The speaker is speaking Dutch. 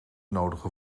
nodigen